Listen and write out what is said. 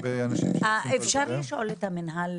אפשר לשאול את המינהל